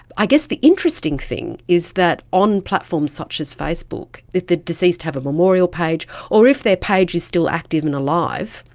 i guess the interesting thing is that on platforms such as facebook if the deceased have a memorial page or if their page is still active and alive,